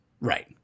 right